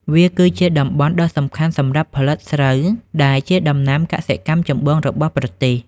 វាគឺជាតំបន់ដ៏សំខាន់សម្រាប់ផលិតស្រូវ ដែលជាដំណាំកសិកម្មចម្បងរបស់ប្រទេស។